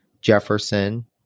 Jefferson